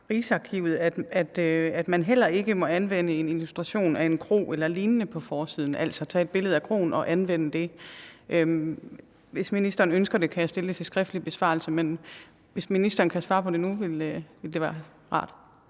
Rigsarkivet, at man heller ikke må anvende en illustration af en kro eller lignende på forsiden, altså tage et billede af kroen og anvende det. Hvis ministeren ønsker det, kan jeg stille spørgsmålet til skriftlig besvarelse, men hvis ministeren kan svare det på nu, ville det være rart.